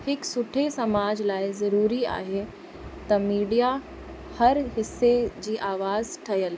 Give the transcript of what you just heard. हिकु सुठे समाज लाइ ज़रूरी आहे त मीडिया हर हिसे जी आवाजु ठहियलु